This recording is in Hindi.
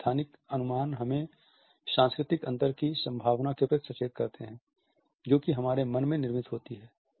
ये स्थानिक अनुमान हमें सांस्कृतिक अंतर की संभावना के प्रति सचेत करते हैं जो कि हमारे मन में निर्मित होती हैं